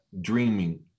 dreaming